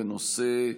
בנושא: